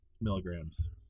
milligrams